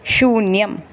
शून्यम्